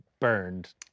burned